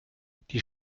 die